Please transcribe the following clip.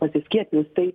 pasiskiepijus tai